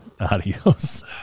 Adios